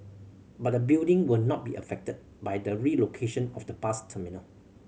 but the building will not be affected by the relocation of the bus terminal